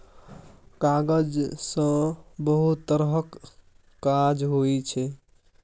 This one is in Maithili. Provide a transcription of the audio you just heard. कागज सँ बहुत तरहक काज होइ छै